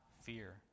fear